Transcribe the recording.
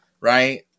right